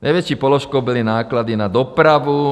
Největší položkou byly náklady na dopravu.